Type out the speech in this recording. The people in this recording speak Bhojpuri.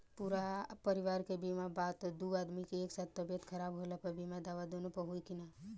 पूरा परिवार के बीमा बा त दु आदमी के एक साथ तबीयत खराब होला पर बीमा दावा दोनों पर होई की न?